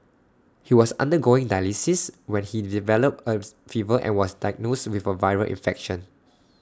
he was undergoing dialysis when he developed as fever and was diagnosed with A viral infection